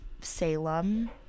Salem